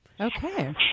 Okay